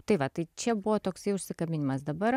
tai va tai čia buvo toksai užsikabinimas dabar